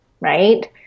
right